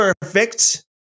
perfect